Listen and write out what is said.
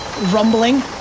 rumbling